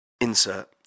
Insert